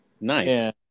nice